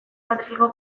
madrilgo